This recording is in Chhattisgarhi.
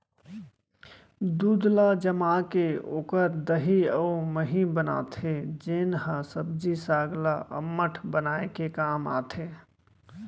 दूद ल जमाके ओकर दही अउ मही बनाथे जेन ह सब्जी साग ल अम्मठ बनाए के काम आथे